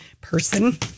person